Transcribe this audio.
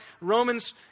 Romans